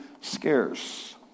scarce